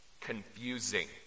Confusing